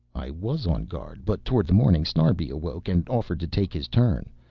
i was on guard, but towards morning snarbi awoke and offered to take his turn.